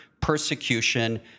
persecution